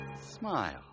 Smile